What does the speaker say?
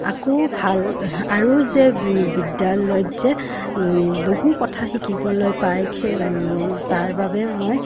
আকৌ ভাল আৰু যে বিদ্যালয়ত যে বহু কথা শিকিবলৈ পায় খে তাৰ বাবে মই